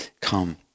come